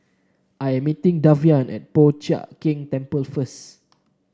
I am meeting Davian at Po Chiak Keng Temple first